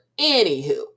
anywho